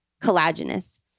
collagenous